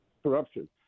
corruption